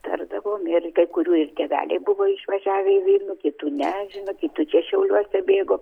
tardavom ir kai kurių ir tėveliai buvo išvažiavę į vilnių kitų ne žino kitų čia šiauliuose bėgo